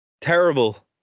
terrible